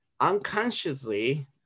unconsciously